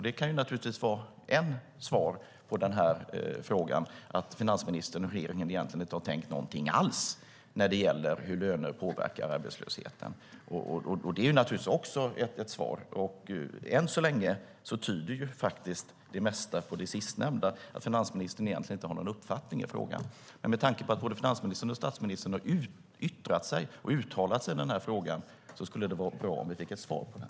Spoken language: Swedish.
Det kan naturligtvis vara ett svar, att finansministern och regeringen egentligen inte tänkt någonting alls beträffande hur löner påverkar arbetslösheten. Det är förstås också ett svar. Än så länge tyder det mesta på det senare, att finansministern nog inte har någon uppfattning i frågan. Med tanke på att både finansministern och statsministern har uttalat sig i den här frågan skulle det vara bra om vi fick ett svar på den.